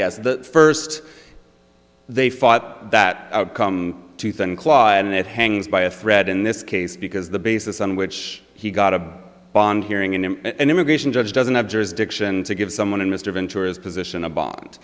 the first they fought that outcome too thin claw and it hangs by a thread in this case because the basis on which he got a bond hearing and an immigration judge doesn't have jurisdiction to give someone in mr into his position a bo